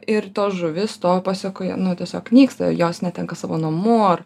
ir tos žuvis toj pasekoje nu tiesiog nyksta jos netenka savo namų ar